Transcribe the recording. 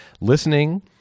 Listening